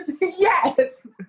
yes